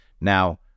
Now